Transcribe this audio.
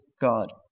God